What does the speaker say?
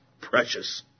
precious